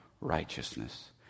righteousness